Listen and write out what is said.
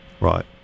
Right